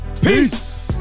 Peace